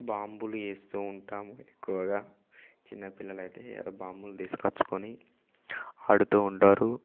బాంబులు వేస్తూ ఉంటాము ఎక్కువగా చిన్నపిల్లలు అయితే ఇయాల బాంబులు తీసుకొచ్చుకొని ఆడుతూ ఉంటారు